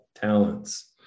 talents